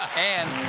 and